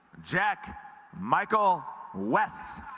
jack michael wes